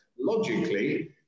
logically